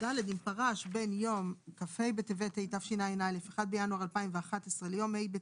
אם פרש בין יום כ"ה בטבת התשע"א (1 בינואר 2011) ליום ה'